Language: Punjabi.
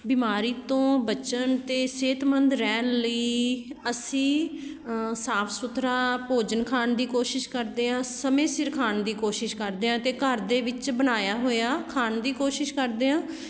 ਬਿਮਾਰੀ ਤੋਂ ਬਚਣ ਅਤੇ ਸਿਹਤਮੰਦ ਰਹਿਣ ਲਈ ਅਸੀਂ ਸਾਫ ਸੁਥਰਾ ਭੋਜਨ ਖਾਣ ਦੀ ਕੋਸ਼ਿਸ਼ ਕਰਦੇ ਹਾਂ ਸਮੇਂ ਸਿਰ ਖਾਣ ਦੀ ਕੋਸ਼ਿਸ਼ ਕਰਦੇ ਹਾਂ ਅਤੇ ਘਰ ਦੇ ਵਿੱਚ ਬਣਾਇਆ ਹੋਇਆ ਖਾਣ ਦੀ ਕੋਸ਼ਿਸ਼ ਕਰਦੇ ਹਾਂ